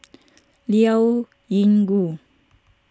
Liao Yingru